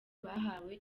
bahawe